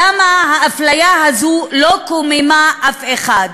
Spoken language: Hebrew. למה האפליה הזו לא קוממה אף אחד?